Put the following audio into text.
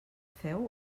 feu